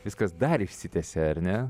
viskas dar išsitęsia ar ne